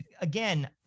again